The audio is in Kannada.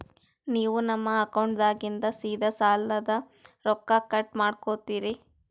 ನೀವು ನಮ್ಮ ಅಕೌಂಟದಾಗಿಂದ ಸೀದಾ ಸಾಲದ ರೊಕ್ಕ ಕಟ್ ಮಾಡ್ಕೋತೀರಿ?